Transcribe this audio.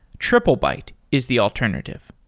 triplebyte is the alternative.